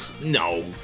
No